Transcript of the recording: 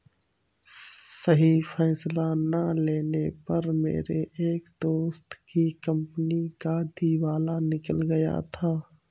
सही फैसला ना लेने पर मेरे एक दोस्त की कंपनी का दिवाला निकल गया था